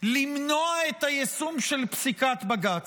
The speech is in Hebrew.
למנוע את היישום של פסיקת בג"ץ,